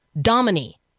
Domini